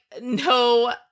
No